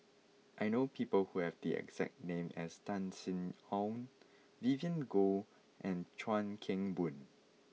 I know people who have the exact name as Tan Sin Aun Vivien Goh and Chuan Keng Boon